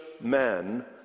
Man